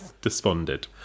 Desponded